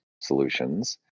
solutions